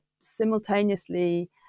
simultaneously